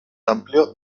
amplio